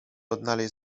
odnaleźć